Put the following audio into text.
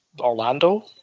Orlando